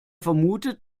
vermutet